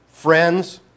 Friends